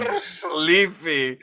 Sleepy